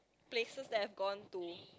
places that I've gone to